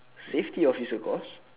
safety officer course